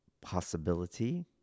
possibility